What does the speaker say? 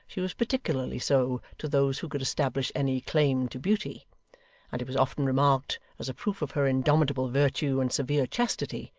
she was particularly so to those who could establish any claim to beauty and it was often remarked as a proof of her indomitable virtue and severe chastity,